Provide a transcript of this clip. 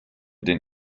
den